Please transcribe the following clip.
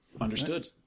Understood